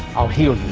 i'll heal